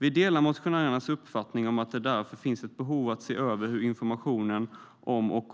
Vi delar motionärernas uppfattning att det därför finns ett behov av att se över hur informationen om och